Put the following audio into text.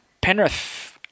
Penrith